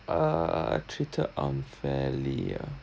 uh treated unfairly ah